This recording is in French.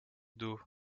d’eau